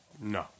No